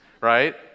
right